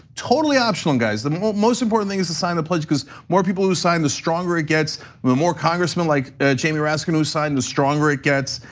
totally optional guys. the most important thing is to sign the pledge, cuz more people who sign the stronger it gets. the more congressmen like jamie raskin who sign, the stronger it gets.